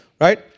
right